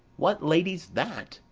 what lady's that,